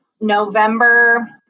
November